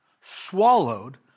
swallowed